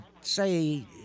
say